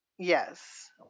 Yes